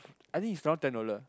I think is around ten dollar